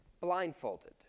blindfolded